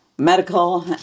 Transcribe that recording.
Medical